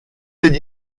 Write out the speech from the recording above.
degli